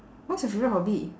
what's your favourite hobby